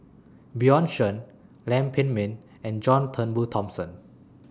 Bjorn Shen Lam Pin Min and John Turnbull Thomson